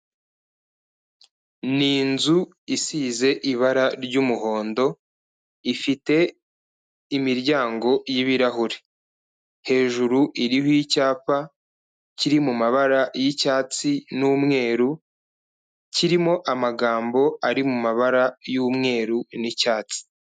Ni inzu isize ibara ry'umuhondo, ifite imiryango y'ibirahure, hejuru iriho icyapa kiri mu mabara y'icyatsi n'umweru, kirimo amagambo ari mu mabara y'umweru n'icyatsi.